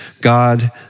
God